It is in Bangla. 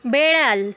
বিড়াল